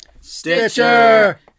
Stitcher